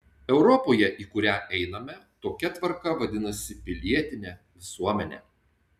europoje į kurią einame tokia tvarka vadinasi pilietine visuomene